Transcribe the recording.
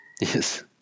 Yes